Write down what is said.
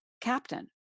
captain